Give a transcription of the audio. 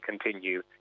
continue